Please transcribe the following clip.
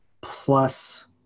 plus